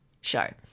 show